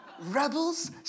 rebels